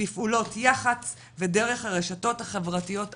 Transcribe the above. בפעולות יח"צ ודרך הרשתות החברתיות עצמן.